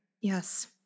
yes